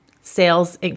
sales